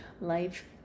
Life